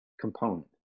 component